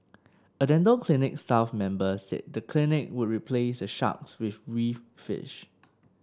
a dental clinic staff member said the clinic would replace the sharks with reef fish